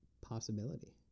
possibility